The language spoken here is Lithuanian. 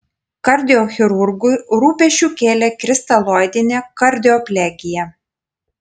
kardiochirurgui rūpesčių kėlė kristaloidinė kardioplegija